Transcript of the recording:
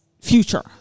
future